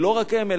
ולא רק הם,